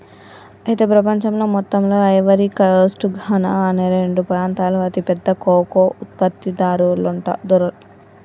అయితే ప్రపంచంలో మొత్తంలో ఐవరీ కోస్ట్ ఘనా అనే రెండు ప్రాంతాలు అతి పెద్ద కోకో ఉత్పత్తి దారులంట